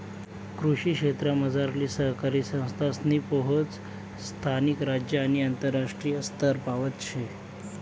कृषी क्षेत्रमझारली सहकारी संस्थासनी पोहोच स्थानिक, राज्य आणि आंतरराष्ट्रीय स्तरपावत शे